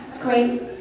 Great